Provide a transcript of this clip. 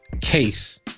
case